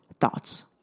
thoughts